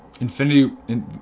Infinity